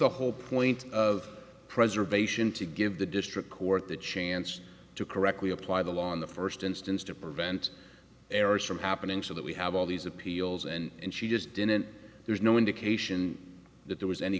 the whole point of preservation to give the district court the chance to correctly apply the law in the first instance to prevent errors from happening so that we have all these appeals and she just didn't there's no indication that there was any